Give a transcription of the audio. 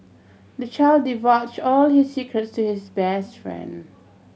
the child divulged all his secrets to his best friend